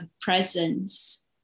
presence